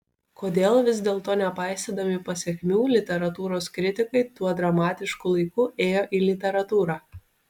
kodėl vis dėlto nepaisydami pasekmių literatūros kritikai tuo dramatišku laiku ėjo į literatūrą